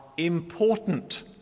important